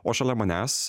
o šalia manęs